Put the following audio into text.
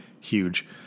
huge